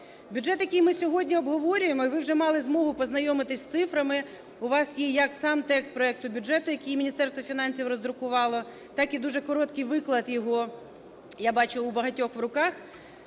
Бюджет, який ми сьогодні обговорюємо – і ви вже мали змогу познайомитись з цифрами, у вас є як сам текст проекту бюджету, який Міністерство фінансів роздрукувало, так і дуже короткий виклад його я бачу у багатьох в руках